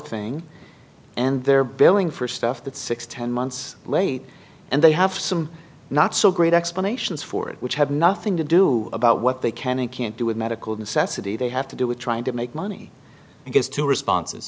thing and they're billing for stuff that's six ten months late and they have some not so great explanations for it which have nothing to do about what they can and can't do with medical necessity they have to do with trying to make money because two responses